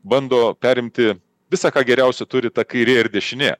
bando perimti visa ką geriausio turi ta kairė ir dešinė